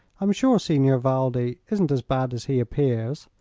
i'm sure signor valdi isn't as bad as he appears.